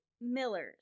Millers